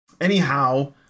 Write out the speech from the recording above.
Anyhow